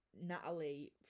Natalie